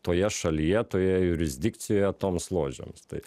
toje šalyje toje jurisdikcijoje toms ložėms tai